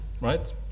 right